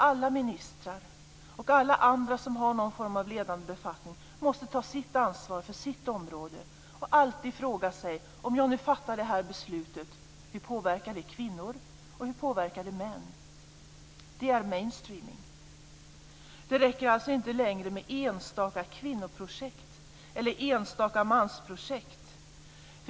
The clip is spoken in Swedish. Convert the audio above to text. Alla ministrar och alla andra som har någon form av ledande befattningar måste ta ansvar för sitt område och alltid fråga sig hur de beslut som de fattar påverkar kvinnor och män. Det är mainstreaming. Det räcker alltså inte längre med enstaka kvinnoprojekt eller enstaka mansprojekt.